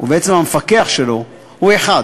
ובעצם המפקח שלו הוא אחד,